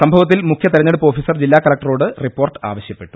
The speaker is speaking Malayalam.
സംഭവത്തിൽ ക് മുഖ്യ തെരഞ്ഞെടുപ്പ് ഓഫീസർ ജില്ലാകലക്ടറോട് റിപ്പോർട്ട് ആവശ്യപ്പെട്ടു